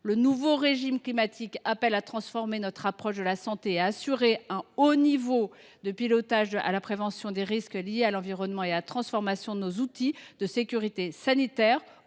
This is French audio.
les bouleversements planétaires appellent à transformer notre approche de la santé et à assurer un haut niveau de pilotage de prévention des risques liés à l’environnement et à la transformation de nos outils de sécurité sanitaire.